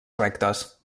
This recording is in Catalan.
rectes